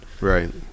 Right